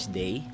day